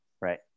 Right